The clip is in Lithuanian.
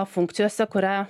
funkcijose kurią